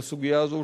בסוגיה הזו,